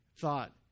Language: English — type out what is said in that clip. thought